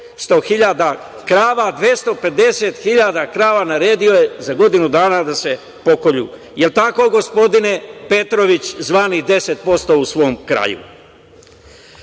hiljada krava, 250 hiljada krava naredio je za godinu dana da se pokolju - jel tako, gospodine Petrović, zvani 10% u svom kraju?E,